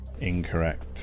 Incorrect